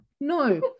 no